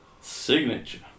signature